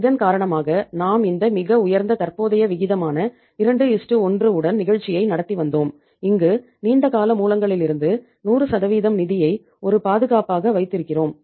இதன் காரணமாக நாம் இந்த மிக உயர்ந்த தற்போதைய விகிதமான 21 உடன் நிகழ்ச்சியை நடத்தி வந்தோம் இங்கு நீண்ட கால மூலங்களிலிருந்து 100 நிதியை ஒரு பாதுகாப்பாக வைத்திருக்கிறோம்